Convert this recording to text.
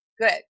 Good